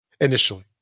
Initially